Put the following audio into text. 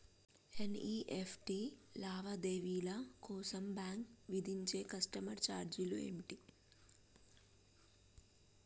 NEFT లావాదేవీల కోసం bank విధించే కస్టమర్ ఛార్జీలు ఏమిటి?